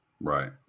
Right